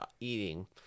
eating